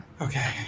Okay